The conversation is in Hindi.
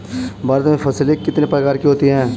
भारत में फसलें कितने प्रकार की होती हैं?